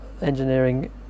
engineering